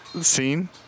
scene